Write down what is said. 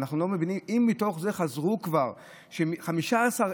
אם בתוך עשרה